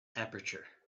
aperture